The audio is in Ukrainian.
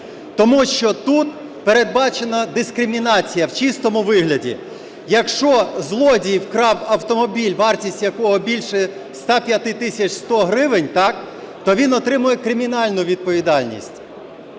Тому що тут передбачена дискримінація в чистому вигляді. Якщо злодій вкрав автомобіль, вартість якого більше 105 тисяч 100 гривень, то він отримує кримінальну відповідальність.